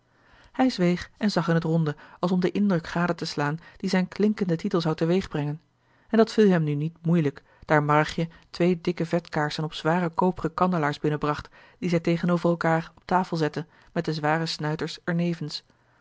hij zweeg en zag in t ronde als om den indruk gade te slaan dien zijn klinkende titel zou teweegbrengen en dat viel hem nu niet moeielijk daar marrigje twee dikke vetkaarsen op zware koperen kandelaars binnenbracht die zij tegenover elkaâr op tafel zette met de zware snuiters er nevens